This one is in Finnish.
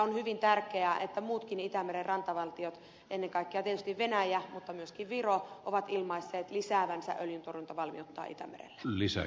on hyvin tärkeää että muutkin itämeren rantavaltiot ennen kaikkea tietysti venäjä mutta myöskin viro ovat ilmaisseet lisäävänsä öljyntorjuntavalmiuttaan itämerellä